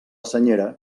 senyera